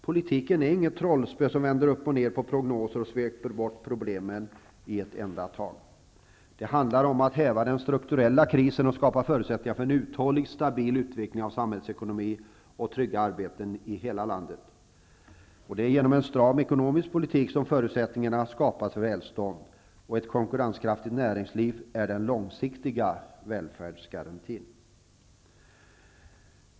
Politiken är inget trollspö som vänder upp och ner på prognoser och sveper bort problemen i ett enda tag. Det handlar om att häva den strukturella krisen och skapa förutsättningar för en uthållig, stabil utveckling av samhällsekonomin och trygga arbeten i hela landet. Det är genom en stram ekonomisk politik som förutsättningarna skapas för välstånd, och ett konkurrenskraftigt näringsliv är den långsiktiga välfärdsgarantin.